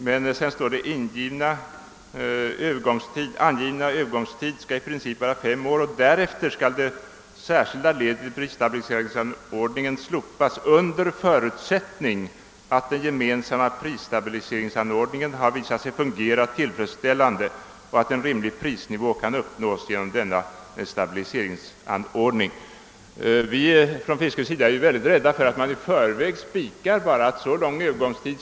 Det heter på följande sätt: »Angivna övergångsperiod skall i princip vara fem år och därefter skall det särskilda ledet i prisstabiliseringsordningen slopas under förutsättning att den gemensamma prisstabiliseringsordningen har visat sig fungera tillfredsställande och att en rimlig prisnivå kan uppnås genom denna stabiliseringsordning.» Vi inom fisket är mycket rädda för att man i förväg utan vidare spikar en viss övergångstid.